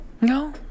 No